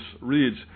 reads